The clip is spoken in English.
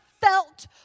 felt